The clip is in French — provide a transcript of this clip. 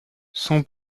son